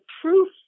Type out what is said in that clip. proof